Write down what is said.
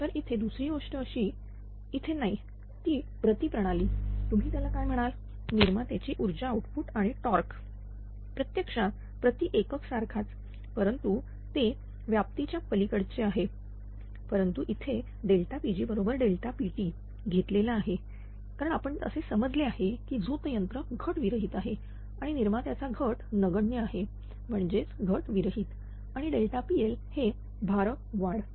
तर इथे दुसरी गोष्ट अशी इथे नाही ती प्रती प्रणाली तुम्ही त्याला काय म्हणाल निर्मात्याची ऊर्जा आउटपुट आणि टॉर्क प्रत्यक्षात प्रति एकक सारखाच परंतु ते व्याप ति च्या पलीकडील आहे परंतु इथेPg बरोबर Pt घेतलेला आहे कारण आपण असे समजले आहे की झोत यंत्र घट विरहित आहे आणि निर्मात्याचा घट नगण्य आहे म्हणजे घट विरहित आणिPL हे भार वाढ